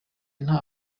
nta